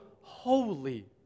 holy